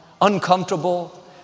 uncomfortable